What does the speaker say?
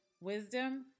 wisdom